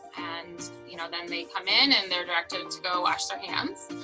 and you know then they come in and they're directed to go wash their hands.